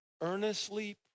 earnestly